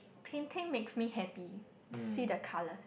painting makes me happy to see the colours